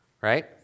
right